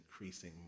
increasing